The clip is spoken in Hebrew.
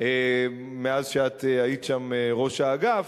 מאז שאת היית שם ראש האגף,